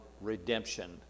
redemption